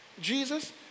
Jesus